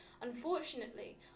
Unfortunately